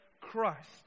Christ